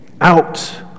out